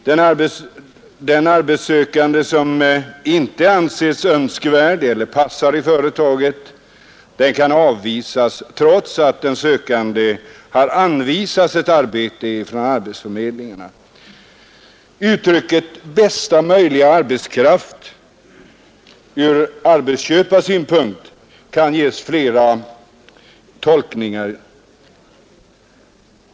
Den arbetssökande som inte anses önskvärd eller passande i företaget kan avvisas trots att den sökande har anvisats ett arbete från arbetsförmedlingarna. Uttrycket ”bästa möjliga arbetskraft” ur arbetsköparsynpunkt kan ges flera tolkningar.